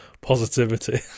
positivity